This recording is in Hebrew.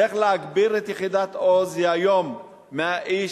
צריך להגביר את יחידת "עוז" היום היא מונה 100 איש,